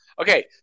Okay